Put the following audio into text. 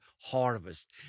harvest